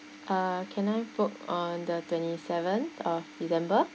uh can I book on the twenty seven of december